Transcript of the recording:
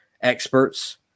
experts